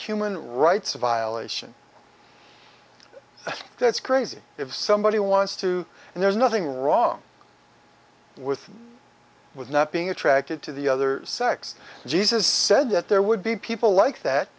human rights violation that's crazy if somebody wants to and there's nothing wrong with with not being attracted to the other sex jesus said that there would be people like that